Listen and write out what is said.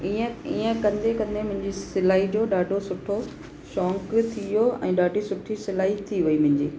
ईअं ईअं कंदे कंदे मुंहिंजी सिलाई जो ॾाढो सुठो शौक़ थी वियो ऐं ॾाढी सुठी सिलाई थी वई मुंहिंजी